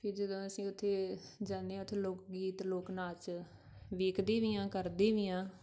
ਕਿ ਜਦੋਂ ਅਸੀਂ ਉੱਥੇ ਜਾਂਦੇ ਹਾਂ ਉੱਥੇ ਲੋਕ ਗੀਤ ਲੋਕ ਨਾਚ ਵੇਖਦੇ ਵੀ ਹਾਂ ਕਰਦੇ ਵੀ ਹਾਂ